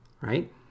Right